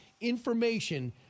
information